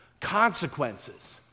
consequences